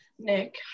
Nick